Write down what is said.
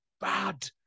bad